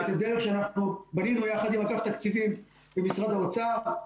-- את הדרך שאנחנו בנינו יחד עם אגף התקציבים במשרד האוצר,